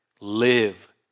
live